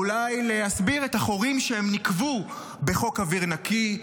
או אולי להסביר את החורים שהם ניקבו בחוק אוויר נקי,